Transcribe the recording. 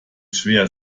schwer